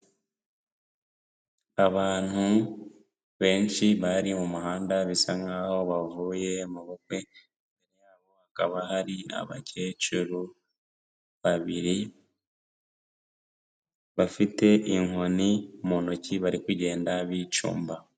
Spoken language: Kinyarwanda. Abantu benshi bari mu muhanda bisa nkaho bavuye mu bukwe, imbere yabo hakaba hari abakecuru babiri bafite inkoni mu ntoki bari kugenda bicumba.